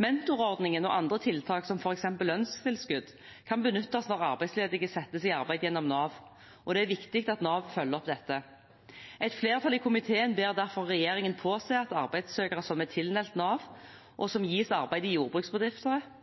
Mentorordningen og andre tiltak, som f.eks. lønnstilskudd, kan benyttes når arbeidsledige settes i arbeid gjennom Nav. Det er viktig at Nav følger opp dette. Et flertall i komiteen ber derfor regjeringen påse at virksomheter som ansetter arbeidssøkere tilknyttet Nav, og som gis arbeid i jordbruksbedrifter,